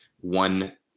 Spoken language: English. one